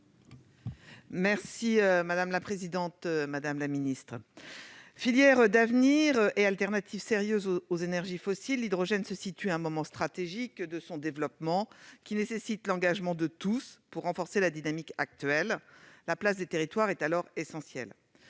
Madame la secrétaire d'État, filière d'avenir et alternative sérieuse aux énergies fossiles, l'hydrogène se situe à un moment stratégique de son développement, qui nécessite l'engagement de tous pour renforcer la dynamique. À cet égard, la place des territoires est essentielle.